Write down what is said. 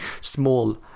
small